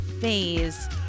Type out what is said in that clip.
phase